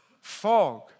fog